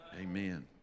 amen